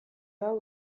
hau